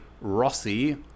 Rossi